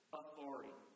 authority